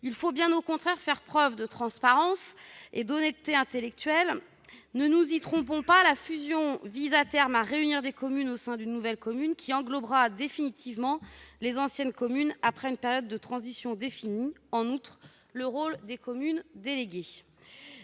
Il faut, bien au contraire, faire preuve de transparence et d'honnêteté intellectuelle. Ne nous y trompons pas : la fusion vise, à terme, à réunir des communes au sein d'une nouvelle commune, qui englobera définitivement les anciennes communes après une période de transition définie, en outre le rôle des communes déléguées.